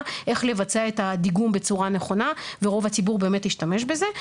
איך לבצע את הדיגום בצורה נכונה ורוב הציבור באמת השתמש בזה.